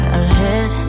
ahead